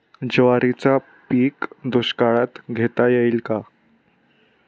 ज्वारीचे पीक दुष्काळात घेता येईल का?